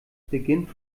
beginnt